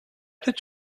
did